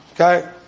Okay